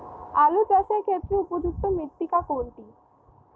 আলু চাষের ক্ষেত্রে উপযুক্ত মৃত্তিকা কোনটি?